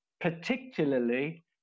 particularly